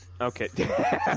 Okay